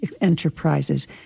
enterprises